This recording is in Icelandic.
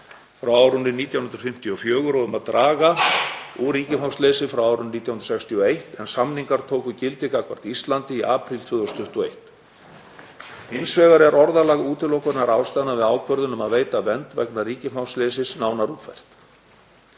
frá árinu 1954 og um að draga úr ríkisfangsleysi frá árinu 1961 en samningarnir tóku gildi gagnvart Íslandi í apríl 2021. Hins vegar er orðalag útilokunarástæðna við ákvörðun um að veita vernd vegna ríkisfangsleysis nánar útfært.